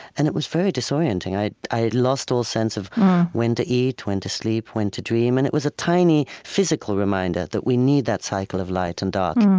and it was very disorienting. i i had lost all sense of when to eat, when to sleep, when to dream. and it was a tiny physical reminder that we need that cycle of light and dark